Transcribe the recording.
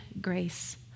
Grace